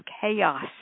chaos